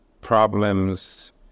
problems